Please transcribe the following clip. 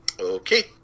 Okay